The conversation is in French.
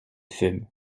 fume